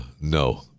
no